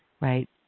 right